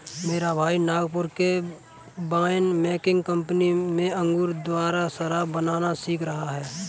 मेरा भाई नागपुर के वाइन मेकिंग कंपनी में अंगूर द्वारा शराब बनाना सीख रहा है